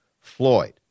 Floyd